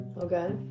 Okay